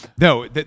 no